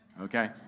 okay